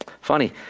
Funny